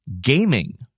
gaming